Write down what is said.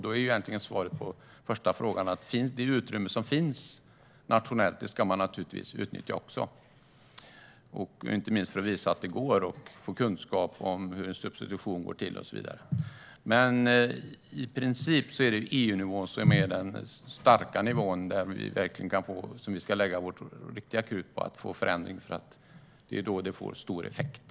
Då är egentligen svaret på den första frågan att man naturligtvis ska utnyttja även det utrymme som finns nationellt, inte minst för att visa att det går att få kunskap om hur en substitution går till och så vidare. Men i princip är det EU-nivån som är den starka nivån, och där vi ska lägga krutet för att få en förändring eftersom det är då det får stor effekt.